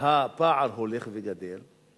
הפער הולך וגדל,